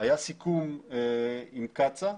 היה סיכום עם קצא"א,